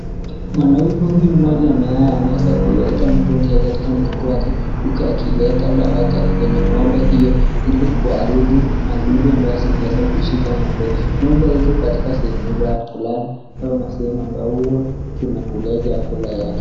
Mwanaume huyu mmoja ambaye ameweza kueka mtungi mgongoni mwake huku akiiweka dawa kwenye ngombe hio ili kuharibu madudu ambayo zimeweza kuishika ngombe. Ngombe iko katika sehemu ndogo ya kulala au masehemu hua zinakulia chakula yake.